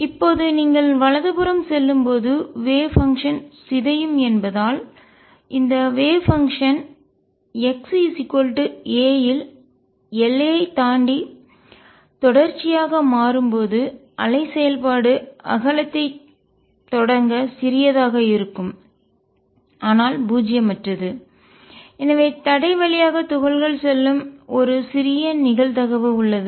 இப்போது நீங்கள் வலதுபுறம் செல்லும்போது வேவ் பங்ஷன் அலை செயல்பாடு சிதையும் என்பதால் இந்த வேவ் பங்ஷன் அலை செயல்பாடு x a இல் எல்லையைத் தாண்டி தொடர்ச்சியாக மாறும்போது அலை செயல்பாடு அகலத்தைத் தொடங்க சிறியதாக இருக்கும் ஆனால் பூஜ்ஜியமற்றது எனவே தடை வழியாக துகள் செல்லும் ஒரு சிறிய நிகழ்தகவு உள்ளது